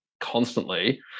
constantly